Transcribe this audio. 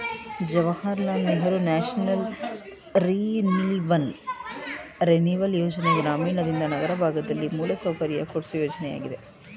Jawahar Lal Nehru national renewal ಯೋಜನೆ ಗ್ರಾಮೀಣಯಿಂದ ನಗರ ಭಾಗದಲ್ಲಿ ಮೂಲಸೌಕರ್ಯ ಕೊಡ್ಸು ಯೋಜನೆಯಾಗಿದೆ